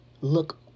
look